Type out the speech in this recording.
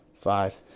five